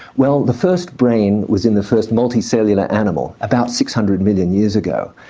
well the first brain was in the first multi cellular animal, about six hundred million years ago.